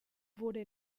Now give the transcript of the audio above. wurde